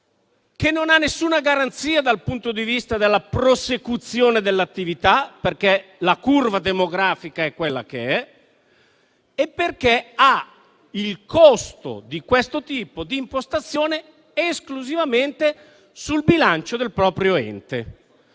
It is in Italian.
che non ha nessuna garanzia dal punto di vista della prosecuzione dell'attività, perché la curva demografica è quella che è. Inoltre, il costo di questo tipo di impostazione grava esclusivamente sul bilancio del proprio ente,